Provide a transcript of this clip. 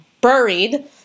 buried